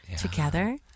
together